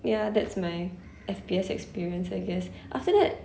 ya that's my F_P_S experience I guess after that